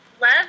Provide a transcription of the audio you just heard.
love